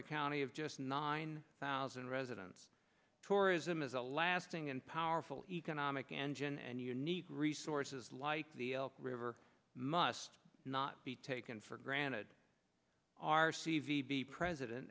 a county of just nine thousand residents tourism is a lasting and powerful economic engine and unique resources like the elk river must not be taken for granted our c v b president